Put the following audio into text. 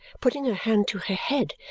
putting her hand to her head,